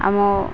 ଆମ